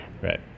Right